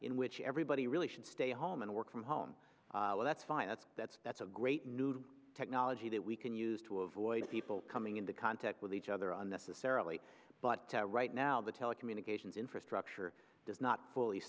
in which everybody really should stay home and work from home that's fine that's that's that's a great new technology that we can use to avoid people coming into contact with each other on necessarily but right now the telecommunications infrastructure does not fully